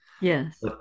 Yes